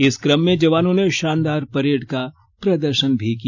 इस क्रम में जवानों ने शानदार परेड का प्रदर्शन किया